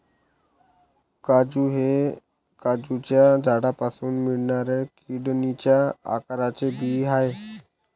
काजू हे काजूच्या झाडापासून मिळणाऱ्या किडनीच्या आकाराचे बी आहे